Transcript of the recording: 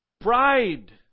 pride